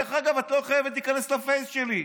דרך אגב, את לא חייבת להיכנס לפייס שלי.